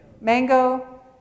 mango